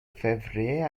février